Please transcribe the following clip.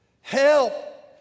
help